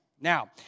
Now